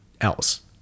else